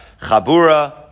Chabura